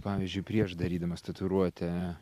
pavyzdžiui prieš darydamas tatuiruotę